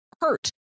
hurt